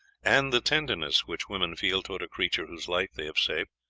and the tenderness which women feel towards a creature whose life they have saved,